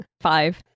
five